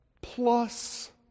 plus